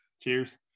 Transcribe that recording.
Cheers